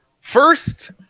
first